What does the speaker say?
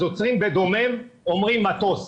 אז עוצרים בדומם אומרים 'מטוס',